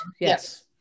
Yes